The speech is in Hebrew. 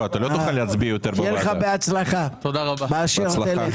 שיהיה לך בהצלחה באשר תלך.